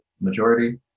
majority